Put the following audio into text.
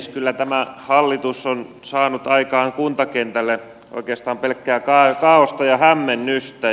kyllä tämä hallitus on saanut aikaan kuntakentälle oikeastaan pelkkää kaaosta ja hämmennystä